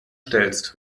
stellst